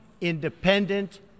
independent